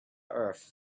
earth